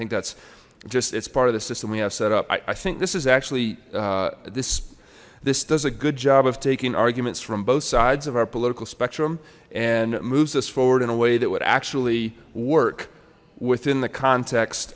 think that's just it's part of the system we have set up i think this is actually this this does a good job of taking arguments from both sides of our political spectrum and moves us forward in a way that would actually work within the context